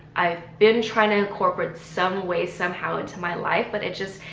i've been trying to incorporate some way somehow into my life but it just.